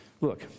look